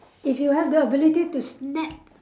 if you have the ability to snap